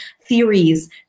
theories